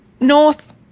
north